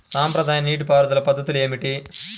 సాంప్రదాయ నీటి పారుదల పద్ధతులు ఏమిటి?